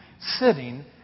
sitting